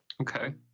Okay